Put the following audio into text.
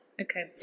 okay